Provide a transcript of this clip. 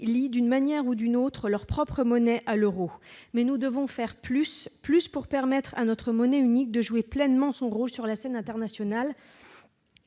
lient d'une manière ou d'une autre leur propre monnaie à l'euro. Mais nous devons faire plus pour permettre à notre monnaie unique de jouer pleinement son rôle sur la scène internationale